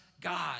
God